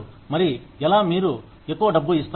మరి ఎలా మీరు ఎక్కువ డబ్బు ఇస్తారా